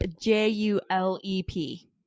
J-U-L-E-P